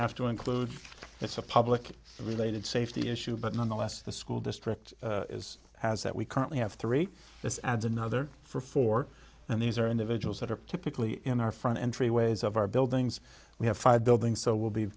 have to include it's a public related safety issue but nonetheless the school district is has that we currently have three this adds another for four and these are individuals that are typically in our front entry ways of our buildings we have five buildings so we'll be